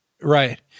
Right